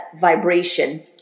vibration